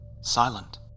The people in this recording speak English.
silent